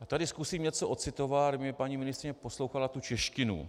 A tady zkusím něco ocitovat, kdyby paní ministryně poslouchala tu češtinu.